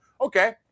Okay